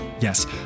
Yes